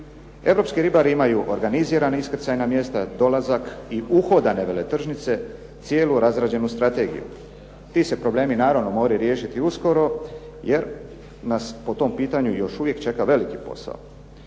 Europski ribari imaju organizirana iskrcajna mjesta, dolazak i uhodane veletržnice cijelu razrađenu strategiju. Ti se problemi naravno moraju riješiti uskoro jer nas po tom pitanju još čeka veliki posao.